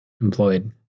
employed